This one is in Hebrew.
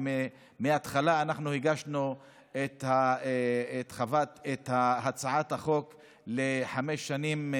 ומההתחלה הגשנו את הצעת החוק לחמש שנים.